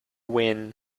win